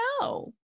No